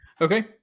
Okay